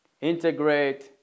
integrate